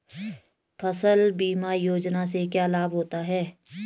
फसल बीमा योजना से क्या लाभ होता है?